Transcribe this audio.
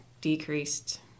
decreased